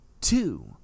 two